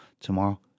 tomorrow